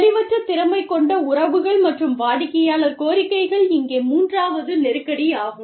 தெளிவற்ற திறமைக் கொண்ட உறவுகள் மற்றும் வாடிக்கையாளர் கோரிக்கைகள் இங்கே மூன்றாவது நெருக்கடியாகும்